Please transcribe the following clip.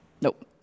nope